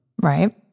Right